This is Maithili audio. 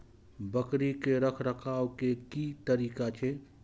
बकरी के रखरखाव के कि तरीका छै?